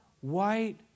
white